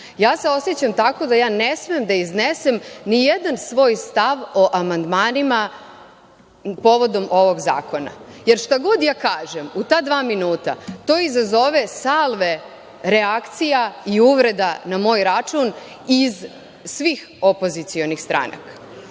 se osećam tako, da je ne smem da iznesem ni jedan svoj stav o amandmanima povodom ovog zakona, jer šta god ja kažem, u ta dva minuta, to izazove salve reakcija i uvreda na moj račun, iz svih opozicionih stranaka.